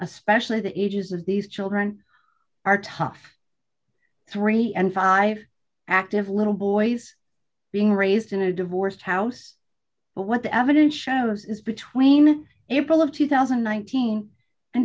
especially the ages of these children are tough three and five active little boys being raised in a divorced house but what the evidence shows is between april of two thousand and one team and